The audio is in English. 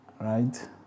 Right